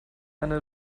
eine